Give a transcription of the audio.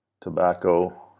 tobacco